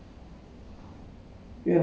um